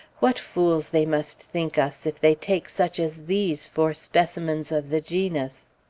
what fools they must think us, if they take such as these for specimens of the genus!